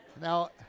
Now